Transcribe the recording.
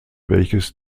welches